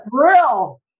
thrill